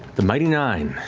the mighty nein,